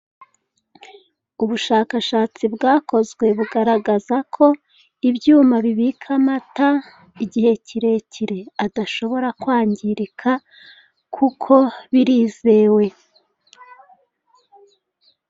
Ubushakashatsi bwakozwe bugaragaza ko ibyuma bibika amata igihe kirekire adashobora kwangirika kuko birizewe.